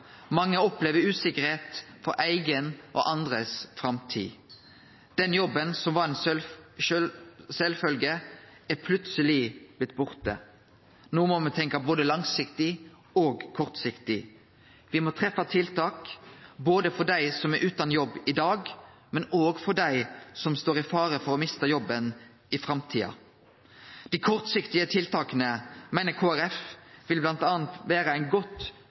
Mange opplever usikkerheit for eiga og andre si framtid. Den jobben som var ein sjølvsagd ting, er plutseleg blitt borte. No må me tenkje både langsiktig og kortsiktig. Me må treffe tiltak for dei som er utan jobb i dag, men òg for dei som står i fare for å miste jobben i framtida. Dei kortsiktige tiltaka meiner Kristeleg Folkeparti bl.a. vil vere ein godt